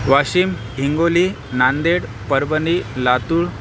Washim Hingoli Nanded Parbhani Latur